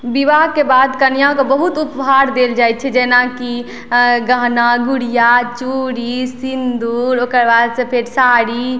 विवाहके बाद कनियाँके बहुत उपहार देल जाइ छै जेना कि गहना गुड़िया चूड़ी सिन्दूर ओकरबाद से फेर साड़ी